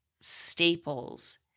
staples